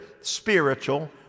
spiritual